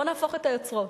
בואו נהפוך את היוצרות.